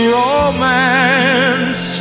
romance